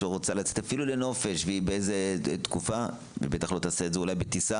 שאפילו רוצה לצאת לנופש והיא בטח לא תעשה את זה בטיסה,